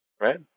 right